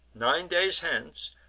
nine days hence,